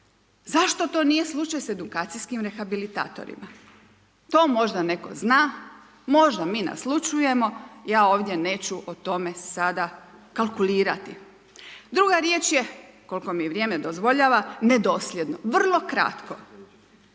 Zašto to nije slučaj s edukacijskim rehabilitatorima? To možda netko zna, možda mi naslućujemo ja ovdje neću o tome sada kalkulirati. Druga riječ je koliko mi vrijeme dozvoljava, nedosljedno, vrlo kratko.